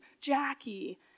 Jackie